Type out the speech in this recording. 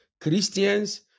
Christians